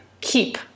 keep